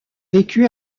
vécu